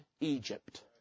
Egypt